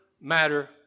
matter